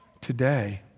today